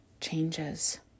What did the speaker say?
changes